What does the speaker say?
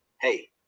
hey